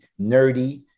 nerdy